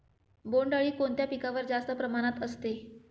बोंडअळी कोणत्या पिकावर जास्त प्रमाणात असते?